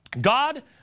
God